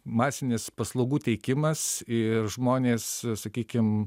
masinis paslaugų teikimas ir žmonės sakykim